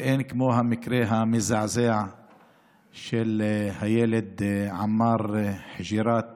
אין כמו המקרה המזעזע של הילד עמאר חוג'יראת